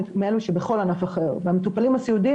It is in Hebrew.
מאלו שבכל ענף אחר והמטופלים הסיעודיים,